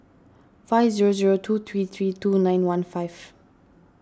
five zero zero two three three two nine one five